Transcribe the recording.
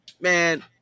man